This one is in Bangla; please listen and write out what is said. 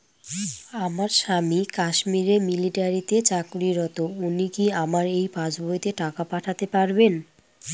আমার স্বামী কাশ্মীরে মিলিটারিতে চাকুরিরত উনি কি আমার এই পাসবইতে টাকা পাঠাতে পারবেন?